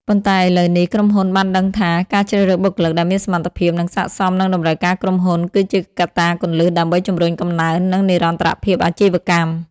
ប៉ុន្តែឥឡូវនេះ ក្រុមហ៊ុនបានដឹងថា ការជ្រើសរើសបុគ្គលិកដែលមានសមត្ថភាព និងស័ក្តិសមនឹងតម្រូវការក្រុមហ៊ុន គឺជាកត្តាគន្លឹះដើម្បីជំរុញកំណើន និងនិរន្តរភាពអាជីវកម្ម។